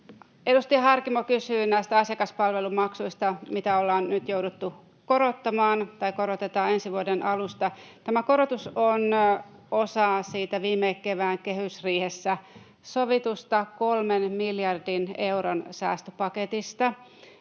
Edustaja Harkimo kysyi näistä asiakaspalvelumaksuista, mitä korotetaan ensi vuoden alusta. Tämä korotus on osa siitä viime kevään kehysriihessä sovitusta kolmen miljardin euron säästöpaketista,